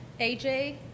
AJ